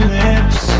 lips